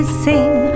sing